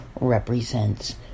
represents